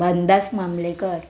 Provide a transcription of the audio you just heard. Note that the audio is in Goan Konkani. बानुदास मामलेकर